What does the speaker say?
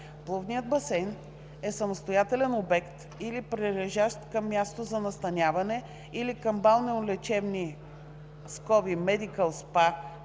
Плувният басейн е самостоятелен обект или прилежащ към място за настаняване или към балнеолечебни (медикъл СПА)